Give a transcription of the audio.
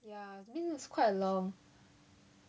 ya mean it's quite long